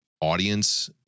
audience